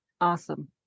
Awesome